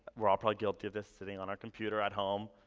we're all probably guilty of this, sitting on our computer at home.